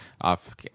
off